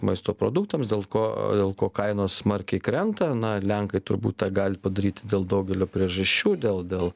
maisto produktams dėl ko dėl ko kainos smarkiai krenta na lenkai turbūt tą gali padaryti dėl daugelio priežasčių dėl dėl